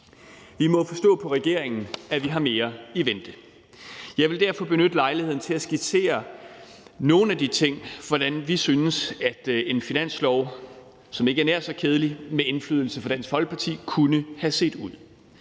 Vi må forstå på regeringen, at vi har mere i vente. Jeg vil derfor benytte lejligheden til at skitsere nogle ting, i forhold til hvordan vi synes at en finanslov, som ikke er nær så kedelig, kunne have set ud med indflydelse fra Dansk Folkeparti. For os er det